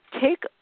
Take